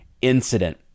incident